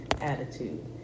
attitude